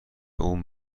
اون